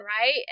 Right